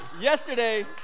yesterday